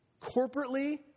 corporately